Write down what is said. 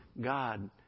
God